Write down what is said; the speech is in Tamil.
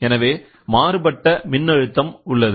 எனவே மாறுபட்ட மின்னழுத்தம் உள்ளது